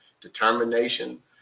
determination